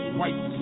white